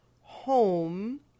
home